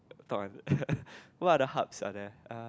talk un~ what other hubs are there uh